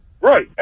Right